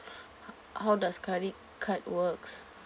how does credit card works